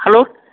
hello